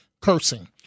cursing